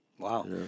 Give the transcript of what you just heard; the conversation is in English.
Wow